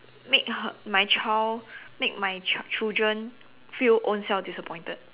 make her my child make my child children feel ownself disappointed